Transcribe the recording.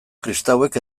kristauek